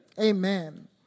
Amen